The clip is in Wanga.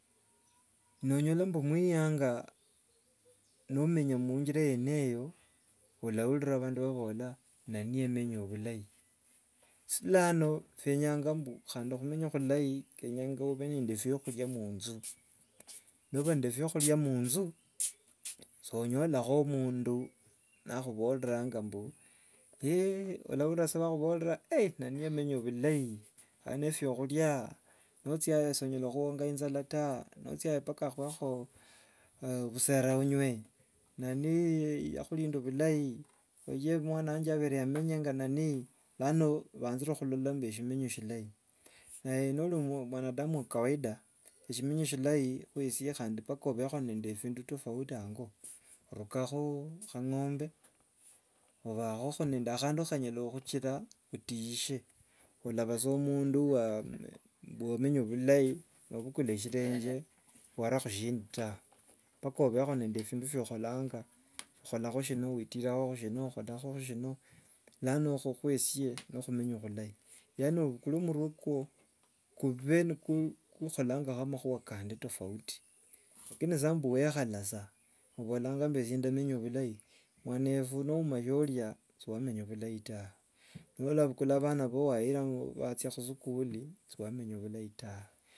Nonyola mbu murianga nomenya munjira yene- yeyo oraburira abandu ni babola mbu nani yamenya bhulai. So lano byenyanga mbu khumenya khulai, kenyanga obe nende byakhuria munju. Noba nende byakhuria munju sonyolakho mundu nakhuborera mbu oraburira sa nibakhoborera nani yamenya bhulai, ari nende byakhuria, nochyayo sonyala khuwonga injala ta! Nochyayo mpaka akhuwekho obusera onywe, nani yakhurinda obhulai, bhayee mwana yanje abere yamenya nga nani. Lano banjakhulola nga simenyo shilayi, naye nori mwanadamu wa kawaida, shimenyo shilayi wesi mpaka obhekho nende ebindu tofauti angoo. Orukakho kha- ng'ombe, obhakho nende khanyala khuchira o- tiishe. Olaba sa omundu mbu wamenya bhulai niwabukula shirenje wara khushinji ta. Mpaka obhekho nende eshindu shoba nokholanga, okholakho shino, wetirakho khushino, okholakho shino, lano okhwo no- khumenya bhulai. Yaani omurwe kukwo kube ni kukholangakho amakhuwa kandi tofauti. Lakini sa mbu wakhala sa obholanga mbu esye ndamenya bhulai, mwanefu nouma sioria siwamenya bhulai ta! Nolabukula bhana bhao wayirakho bhacha khusukuli siwamenya bhulai tawe!